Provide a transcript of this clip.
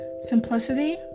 simplicity